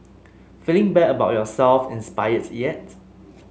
feeling bad about yourself inspired yet